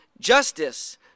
justice